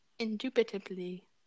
Indubitably